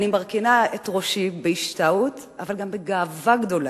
אני מרכינה את ראשי בהשתאות אבל גם בגאווה גדולה.